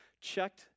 checked